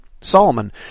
Solomon